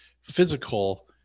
physical